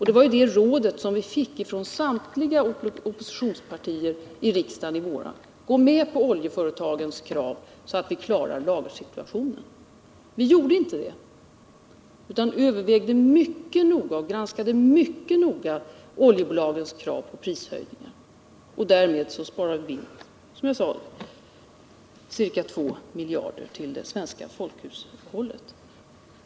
Det råd vi fick från samtliga oppositionspartier i riksdagen i våras var emellertid: Gå med på oljeföretagens krav så att vi klarar lagersituationen! Vi gjorde inte det, utan vi övervägde och granskade mycket noga oljebolagens krav på prishöjningar. Därmed sparade vi som sagt ca 2 miljarder kronor till det svenska folkhushållet.